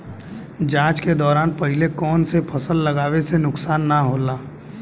जाँच के दौरान पहिले कौन से फसल लगावे से नुकसान न होला?